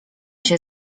się